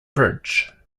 bridge